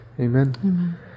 Amen